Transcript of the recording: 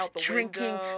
drinking